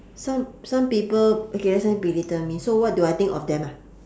some some people okay last time belittle me so what do I think of them ah